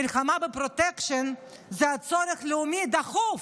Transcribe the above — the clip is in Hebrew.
מלחמה בפרוטקשן זה צורך לאומי דחוף.